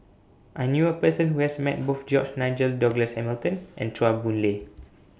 I knew A Person Who has Met Both George Nigel Douglas Hamilton and Chua Boon Lay